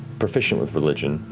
proficient with religion,